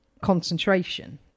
concentration